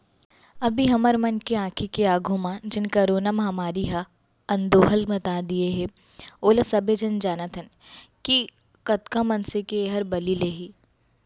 अभी हमर मन के आंखी के आघू म जेन करोना महामारी ह अंदोहल मता दिये हे ओला सबे झन जानत हन कि कतका मनसे के एहर बली लेही